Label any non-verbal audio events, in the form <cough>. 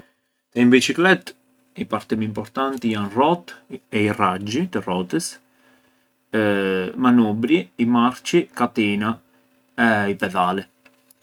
Te një biçiklet i parti më importanti janë rrotë e i raxhi të rrotës <hesitation> manubrji, i marçi, katina e i pedali.